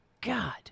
God